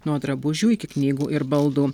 nuo drabužių iki knygų ir baldų